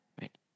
right